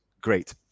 Great